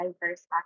diverse